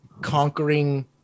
conquering